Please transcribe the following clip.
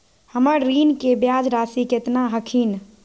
हमर ऋण के ब्याज रासी केतना हखिन?